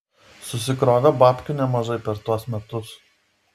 susikrovė babkių nemažai per tuos metus